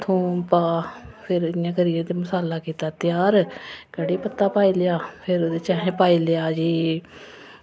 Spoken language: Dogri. थूम पा भी इंया करियै मसाला कीता त्यार कढ़ी पत्ता पाई लेआ फिर असें ओह्दे च पाई लेआ जी